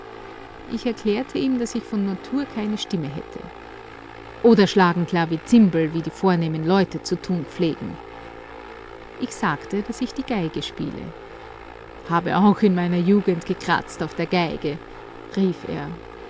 ich erklärte ihm daß ich von natur keine stimme hätte oder schlagen klavizimbel wie die vornehmen leute zu tun pflegen ich sagte daß ich die geige spiele habe auch in meiner jugend gekratzt auf der geige rief er